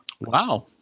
wow